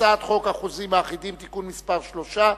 הצעת חוק החוזים האחידים (תיקון מס' 3),